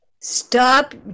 Stop